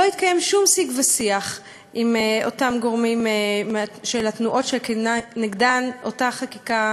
לא התקיים שום שיג ושיח עם אותם גורמים של התנועות שנגדן אותה חקיקה,